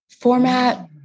format